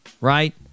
right